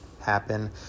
happen